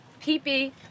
Pee-Pee